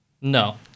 No